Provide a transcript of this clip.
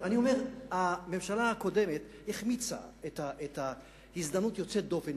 הממשלה הקודמת החמיצה הזדמנות יוצאת דופן,